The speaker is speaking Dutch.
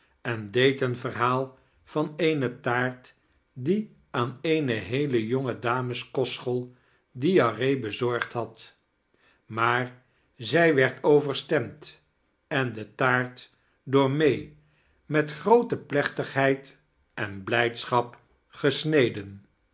en deed een verhaal van eene taart die aan eene heele jangedames-kostechool diaarhee bezargd had maar zij werd overstemd en de taart door may met grookeestvertellingen te plechtagheid en blijdschap gesmeden